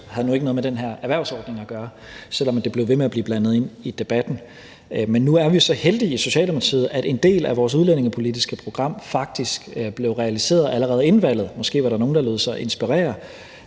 havde noget med den her erhvervsordning at gøre, selv om det blev ved med at blive blandet ind i debatten. Men nu er vi jo så heldige i Socialdemokratiet, at en del af vores udlændingepolitiske program faktisk blev realiseret allerede inden valget – måske var der nogle, der lod sig inspirere